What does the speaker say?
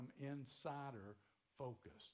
insider-focused